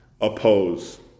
oppose